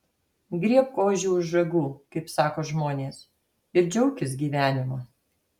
griebk ožį už ragų kaip sako žmonės ir džiaukis gyvenimu